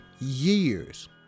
years